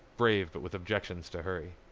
brave but with objections to hurry.